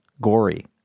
gory